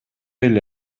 эле